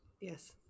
Yes